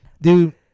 dude